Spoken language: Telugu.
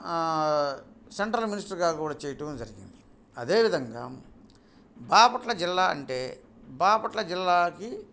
సెంట్రల్ మినిస్టర్గా కూడా చేయడం జరిగింది అదేవిధంగా బాపట్ల జిల్లా అంటే బాపట్ల జిల్లాకి